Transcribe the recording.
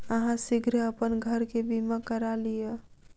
अहाँ शीघ्र अपन घर के बीमा करा लिअ